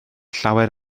llawer